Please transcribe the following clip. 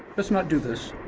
let's not do this.